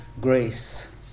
Grace